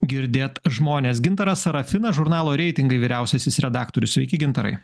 girdėt žmones gintaras sarafinas žurnalo reitingai vyriausiasis redaktorius sveiki gintarai